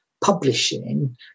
publishing